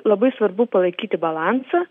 labai svarbu palaikyti balansą